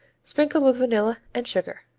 sprinkled with vanilla and sugar.